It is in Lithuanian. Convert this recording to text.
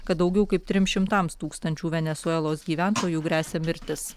kad daugiau kaip trim šimtams tūkstančių venesuelos gyventojų gresia mirtis